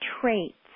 traits